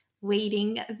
waiting